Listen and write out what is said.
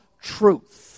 truth